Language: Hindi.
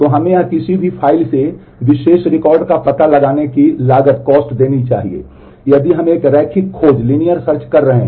तो यह हमें किसी भी फ़ाइल से विशेष रिकॉर्ड का पता लगाने की लागत देनी चाहिए यदि हम एक रैखिक खोज कर रहे हैं